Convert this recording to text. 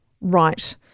Right